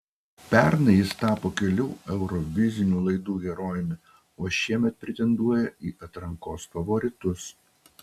pernai jis tapo kelių eurovizinių laidų herojumi o šiemet pretenduoja į atrankos favoritus